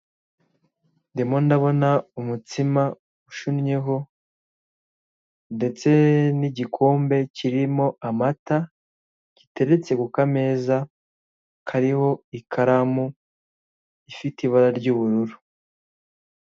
Ndimo ndabona umutsima ushunnyeho ndetse n'igikombe kirimo amata giteretse ku k'ameza kariho ikaramu ifite ibara ry'ubururu.